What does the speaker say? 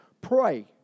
pray